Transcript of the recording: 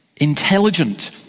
intelligent